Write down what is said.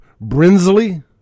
Brinsley